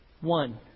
One